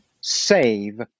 save